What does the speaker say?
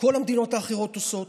שכל המדינות האחרות עושות,